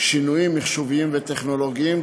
שינויים מחשוביים וטכנולוגיים,